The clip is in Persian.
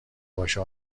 باشه